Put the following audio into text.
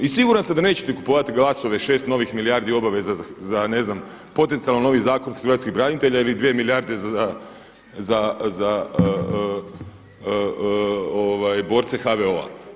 I siguran sam da nećete kupovati glasove 6 novih milijardi obaveza za, ne znam, potencijalno novi Zakon hrvatskih branitelja ili 2 milijarde za borce HVO-a.